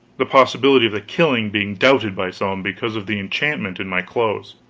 the possibility of the killing being doubted by some, because of the enchantment in my clothes.